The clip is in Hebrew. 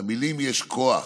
למילים יש כוח,